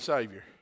Savior